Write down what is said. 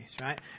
right